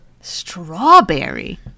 Strawberry